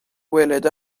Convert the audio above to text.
welet